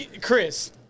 Chris